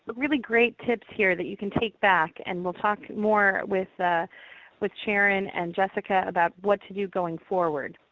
but really great tips here that you can take back, and we'll talk more with ah with sharron and jessica about what to do going forward.